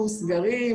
סגרים,